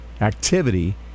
activity